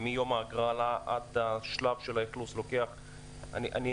מיום ההגרלה עד השלב של האכלוס לוקח זמן.